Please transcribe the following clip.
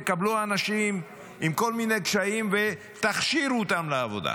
תקבלו אנשים עם כל מיני קשיים ותכשירו אותם לעבודה.